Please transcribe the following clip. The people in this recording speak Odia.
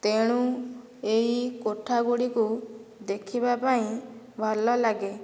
ତେଣୁ ଏହି କୋଠା ଗୁଡ଼ିକୁ ଦେଖିବା ପାଇଁ ଭଲ ଲାଗେ